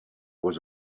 was